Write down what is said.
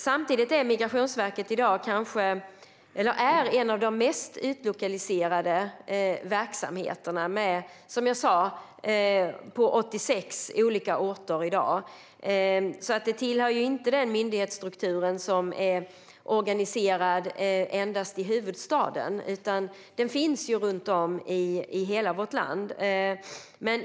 Samtidigt är Migrationsverket i dag en av de mest utlokaliserade verksamheterna och finns, som jag sa, på 86 olika orter. Det handlar alltså inte om en myndighetsstruktur som endast är organiserad i huvudstaden, utan den finns runt om i hela vårt land.